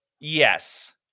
Yes